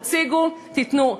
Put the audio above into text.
תציגו, תיתנו.